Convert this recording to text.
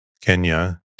Kenya